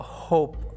hope